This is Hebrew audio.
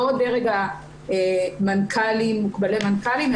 לא דרג המנכ"לים מוקבלי מנכ"לים,